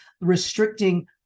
restricting